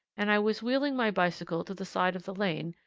and i was wheeling my bicycle to the side of the lane,